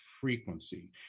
frequency